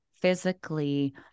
physically